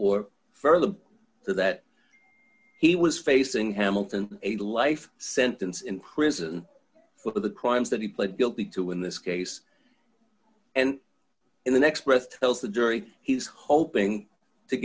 or further so that he was facing hamilton a life sentence in prison for the crimes that he pled guilty to in this case and in the next breath tells the jury he's hoping to